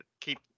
keep